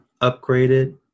upgraded